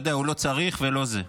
למרות, אתה יודע, שהוא לא צריך ולא זה.